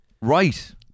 Right